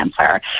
cancer